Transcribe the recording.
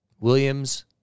Williams